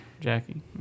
Jackie